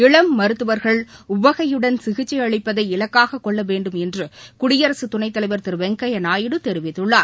இளம் மருத்துவர்கள் உவகையுடன் சிகிச்சை அளிப்பதை இலாக்காக கொள்ள வேண்டும் என்று குடியரசு துணைத்தலைவர் திரு வெங்கையா நாயுடு தெரிவித்துள்ளார்